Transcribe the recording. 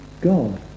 God